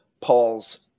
Paul's